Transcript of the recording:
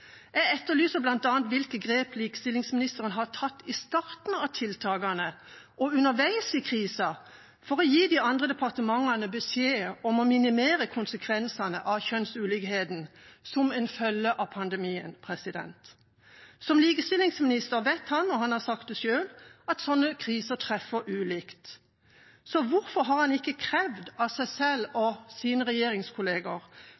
Jeg etterlyser bl.a. hvilke grep likestillingsministeren har tatt i starten av tiltakene og underveis i krisa, for å gi de andre departementene beskjed om å minimere konsekvensene av kjønnsulikheten som en følge av pandemien. Som likestillingsminister vet han – og han har sagt det selv – at slike kriser treffer ulikt. Så hvorfor har han ikke krevd av seg selv